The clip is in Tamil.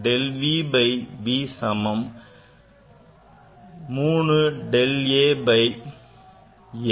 Del v by v சமம் 3 del a by a right